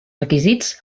requisits